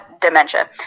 dementia